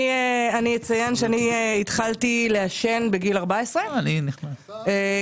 אני אציין שאני התחלתי לעשן בגיל 14 כי הציעו